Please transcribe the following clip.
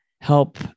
help